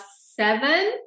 seven